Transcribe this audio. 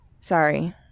Sorry